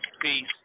Peace